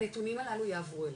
הנתונים הללו יעברו אלינו,